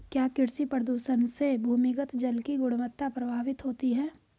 क्या कृषि प्रदूषण से भूमिगत जल की गुणवत्ता प्रभावित होती है?